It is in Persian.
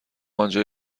آنجا